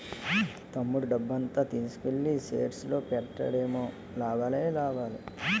తమ్ముడు డబ్బంతా తీసుకెల్లి షేర్స్ లో పెట్టాడేమో లాభాలే లాభాలు